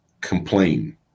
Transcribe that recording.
complain